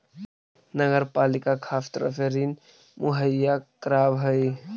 नगर पालिका खास तरह के ऋण मुहैया करावऽ हई